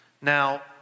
Now